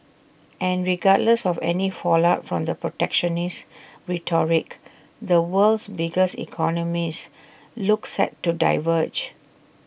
and regardless of any fallout from the protectionist rhetoric the world's biggest economies look set to diverge